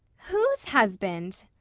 whose husband?